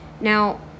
Now